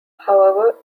however